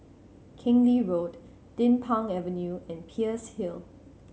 Keng Lee Road Din Pang Avenue and Peirce Hill